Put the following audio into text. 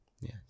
Yes